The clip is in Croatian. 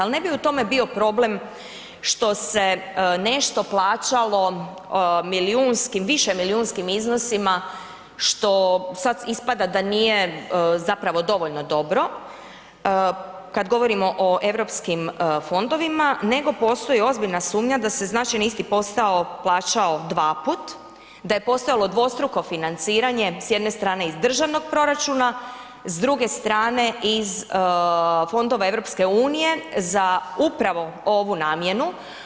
Ali ne bi u tome bio problem što se nešto plaćalo milijunskim, višemilijunskim iznosima što sad ispada da nije zapravo dovoljno dobro, kad govorimo o europskim fondovima, nego postoji ozbiljna sumnja da se znači na isti posao plaćao dva put, da je postojalo dvostruko financiranje, s jedne strane iz Državnog proračuna, s druge strane iz fondova EU za upravo ovu namjenu.